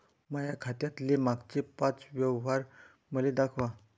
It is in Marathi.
माया खात्यातले मागचे पाच व्यवहार मले दाखवा